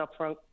upfront